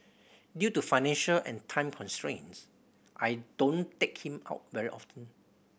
due to financial and time constraints I don't take him out very often